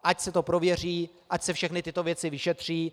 Ať se to prověří, ať se všechny tyto věci vyšetří.